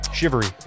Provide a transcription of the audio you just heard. Shivery